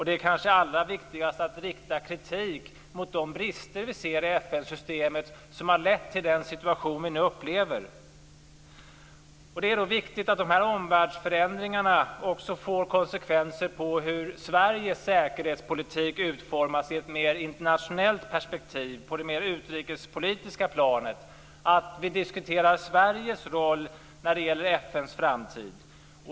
Det är kanske allra viktigast att rikta kritik mot de brister vi ser i FN-systemet, som har lett till den situation vi nu upplever. Det är viktigt att dessa omvärldsförändringar också får konsekvenser för hur Sveriges säkerhetspolitik utformas i ett mer internationellt perspektiv på det mer utrikespolitiska planet, och att vi diskuterar Sveriges roll när det gäller FN:s framtid.